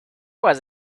was